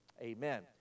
amen